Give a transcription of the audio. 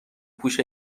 پوش